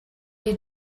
you